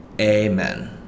amen